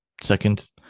second